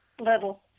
little